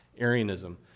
Arianism